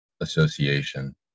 Association